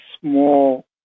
small